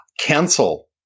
Cancel